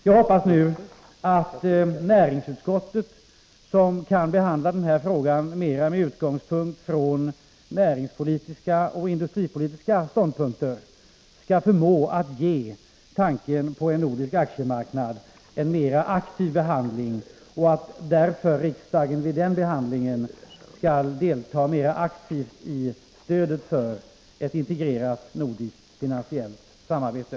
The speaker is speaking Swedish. Jag hoppas nu att näringsutskottet, som kan behandla den här frågan mer med utgångspunkt i näringspolitiska och industripolitiska ståndpunkter, skall förmå att ge tanken på en nordisk aktiemarknad en mer aktiv behandling än finansutskottet har gjort och att därför riksdagen vid behandlingen av det betänkandet skall delta mera aktivt när det gäller att ge stöd åt ett integrerat nordiskt finansiellt samarbete.